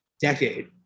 decade